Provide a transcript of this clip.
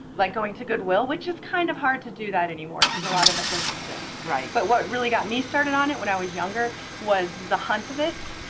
like going to goodwill, which is kind of hard to do that anymore, because a lot of that doesn't exist. right. but what really got me started on it when i was younger was the hunt of it,